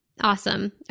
Awesome